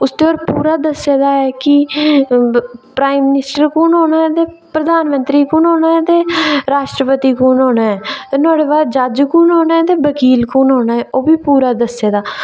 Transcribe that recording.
उसदा पूरा दस्से दा ऐ की प्राईम मिनिस्टर कु'न होना ऐ ते प्रधानमंत्री कुन होना ऐ ते राष्ट्रपति कु'न होना ऐ ते नुहाड़े बाद जज कु'न होना ऐ ते वकील कु'न होना ऐ ओह्बी पूरा दस्से दा ऐ ते अगर ओह् कताब निं होंदी ते